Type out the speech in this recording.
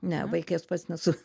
ne vaikas pats nesu